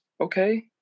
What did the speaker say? okay